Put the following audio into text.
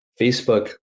facebook